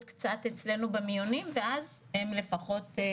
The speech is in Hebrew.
קצת אצלינו במיונים ואז הם לפחות עוברים.